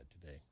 today